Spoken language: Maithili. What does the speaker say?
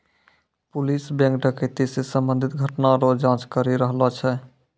पुलिस बैंक डकैती से संबंधित घटना रो जांच करी रहलो छै